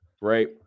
right